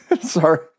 Sorry